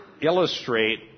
illustrate